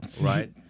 Right